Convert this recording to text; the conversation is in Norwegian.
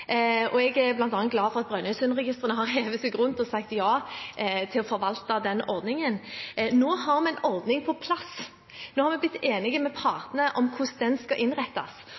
og jeg er glad for at Brønnøysundregistrene har hivd seg rundt og sagt ja til å forvalte den ordningen. Nå har vi en ordning på plass, nå har vi blitt enige med partene om hvordan den skal innrettes,